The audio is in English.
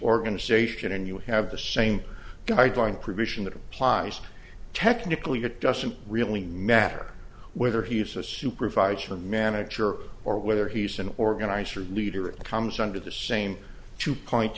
organization and you have the same guideline provision that applies technically it doesn't really matter whether he's a supervisor or manager or whether he's an organizer leader it comes under the same two point